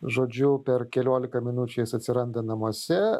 žodžiu per keliolika minučių jis atsiranda namuose